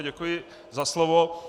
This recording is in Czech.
Děkuji za slovo.